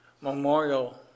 Memorial